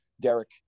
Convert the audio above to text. Derek